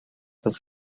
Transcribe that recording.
los